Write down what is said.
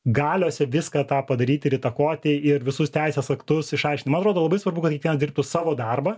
galiose viską tą padaryti ir įtakoti ir visus teisės aktus išaiškint man atrodo labai svarbu kad kiekvienas dirbtų savo darbą